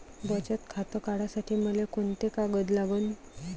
बचत खातं काढासाठी मले कोंते कागद लागन?